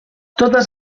totes